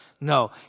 No